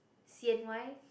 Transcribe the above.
C_N_Y